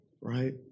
right